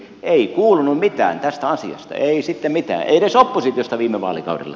ei kuulunut mitään tästä asiasta ei sitten mitään ei edes oppositiosta viime vaalikaudella